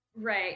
Right